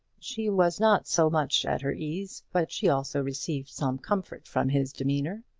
she was not so much at her ease, but she also received some comfort from his demeanour.